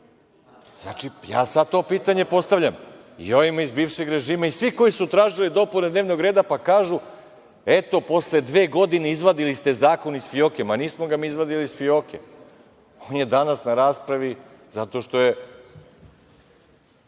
Nama?)Znači, ja sada to pitanje postavljam i ovima iz bivšeg režima i svi koji su tražili dopune dnevnog reda, pa kažu – eto, posle dve godine izvadili ste zakon iz fioke. Ma, nismo ga mi izvadili iz fioke, on je danas na raspravi zato što su